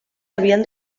havien